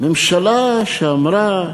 ממשלה שאמרה,